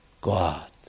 God